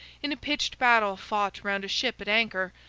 in a pitched battle fought round a ship at anchor,